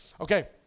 okay